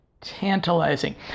tantalizing